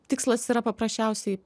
tikslas yra paprasčiausiai